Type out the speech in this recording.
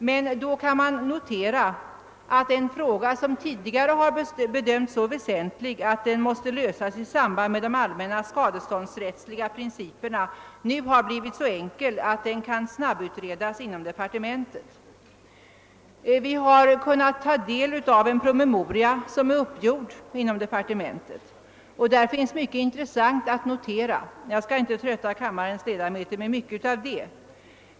Men då kan man notera att en fråga som tidigare bedömts vara så väsentlig, att den måste lösas i samband med de allmänna skadeståndsrättsliga principerna, nu har blivit så enkel att den kan snabbutredas inom departementet. Vi har kunnat ta del av en promemoria som är uppgjord inom departementet. Där finns mycket intressant att notera. Jag skall inte trötta kammarens ledamöter med mycket av detta.